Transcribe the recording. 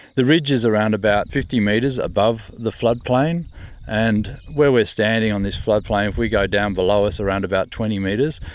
the ridge is around about fifty metres above the floodplain and where we're standing on this floodplain, if we go down below us, around about twenty metres,